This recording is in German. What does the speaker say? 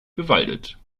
bewaldet